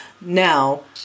Now